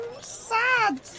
sad